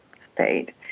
stayed